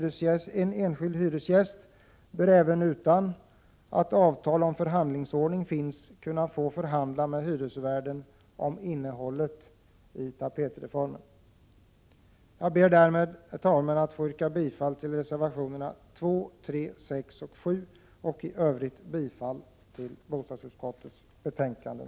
En enskild hyresgäst bör även utan att avtal om förhandlingsordning finns kunna få förhandla med hyresvärden om innehållet i tapetreformen. Herr talman! Jag ber därmed att få yrka bifall till reservationerna 2, 3, 7 och 8 och i övrigt bifall till utskottets hemställan.